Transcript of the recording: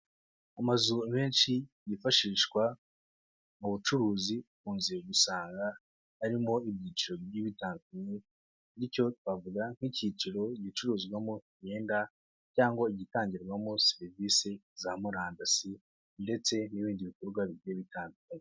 Mu mazu menshi yifashishwa mu bucuruzi ukunze gusanga harimo ibyiciro bigiye bitandukanye nicyo twavuga, nk'ikiciro gicuruzwamo imyenda cyangwa igitangirwamo serivisi za Murandasi ndetse n'ibindi bikorwa bitandukanye.